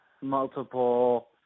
multiple